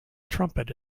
trumpet